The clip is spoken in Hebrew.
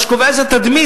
מה שקובע זו התדמית,